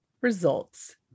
results